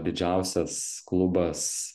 didžiausias klubas